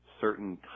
Certain